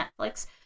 Netflix